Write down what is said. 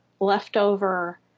Leftover